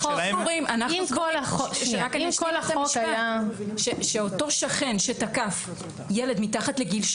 שלהם --- מבחינתי אותו שכן שתקף ילד מתחת לגיל,